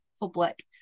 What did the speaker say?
public